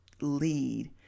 lead